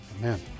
Amen